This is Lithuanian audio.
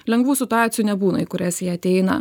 lengvų situacijų nebūna į kurias jie ateina